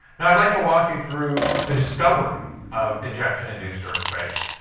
i'd like to walk you through the discovery of injection-induced earthquakes.